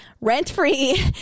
rent-free